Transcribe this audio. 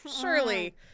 surely